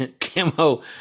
Camo